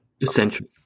essential